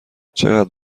چقدر